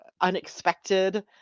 unexpected